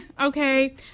okay